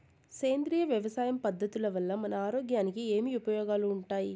సేంద్రియ వ్యవసాయం పద్ధతుల వల్ల మన ఆరోగ్యానికి ఏమి ఉపయోగాలు వుండాయి?